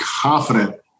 confident